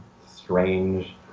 strange